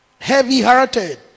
heavy-hearted